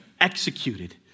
executed